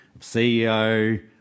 CEO